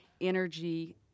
energy